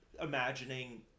imagining